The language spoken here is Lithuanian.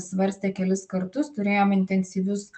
svarstė kelis kartus turėjom intensyvius